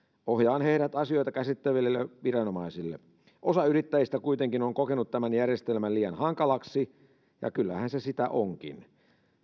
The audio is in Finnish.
ohjaan heidät asioita käsitteleville viranomaisille osa yrittäjistä kuitenkin on kokenut tämän järjestelmän liian hankalaksi ja kyllähän se sitä onkin